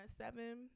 seven